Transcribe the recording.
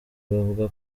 bavuga